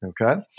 Okay